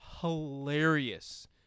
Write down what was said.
Hilarious